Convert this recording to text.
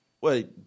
wait